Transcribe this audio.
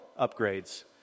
upgrades